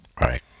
Right